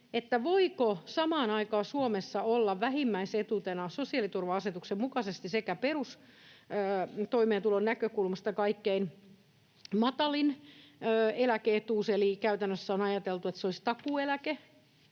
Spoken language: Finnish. kysymys, voiko Suomessa olla vähimmäisetuutena sosiaaliturva-asetuksen mukaisesti perustoimeentulon näkökulmasta kaikkein matalin eläke-etuus — eli käytännössä on ajateltu, että se olisi takuueläke